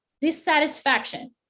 dissatisfaction